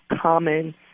common